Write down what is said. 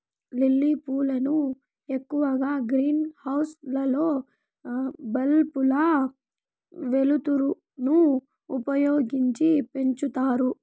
lily పూలను ఎక్కువగా green house లలో బల్బుల వెలుతురును ఉపయోగించి పెంచుతారు